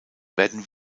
werden